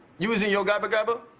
you was in yo gopa gopo?